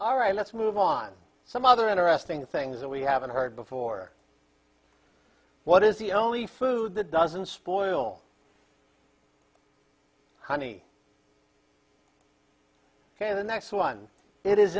all right let's move on some other interesting things that we haven't heard before what is the only food that doesn't spoil honey ok the next one it is